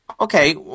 Okay